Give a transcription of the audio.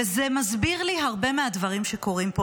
וזה מסביר לי הרבה מהדברים שקורים פה.